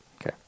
Okay